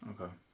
Okay